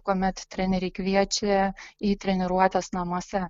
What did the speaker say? kuomet treneriai kviečia į treniruotes namuose